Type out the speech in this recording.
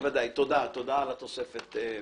תודה על התוספת.